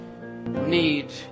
need